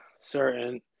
certain